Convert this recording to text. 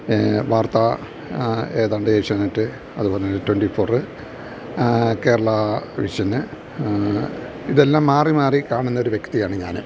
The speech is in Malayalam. വാർത്ത ഏതാണ്ട് ഏഷ്യാനെറ്റ് അതുപോലെത്തന്നെ ട്വന്റി ഫോർ കേരളാ വിഷന് ഇതെല്ലാം മാറി മാറി കാണുന്നൊരു വ്യക്തിയാണ് ഞാൻ